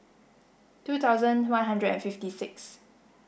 two thousand one hundred and fifty six